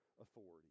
authority